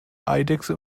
eidechse